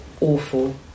awful